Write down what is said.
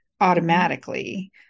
automatically